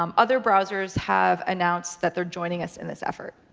um other browsers have announced that they're joining us in this effort.